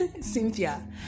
Cynthia